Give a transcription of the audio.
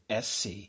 SC